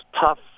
tough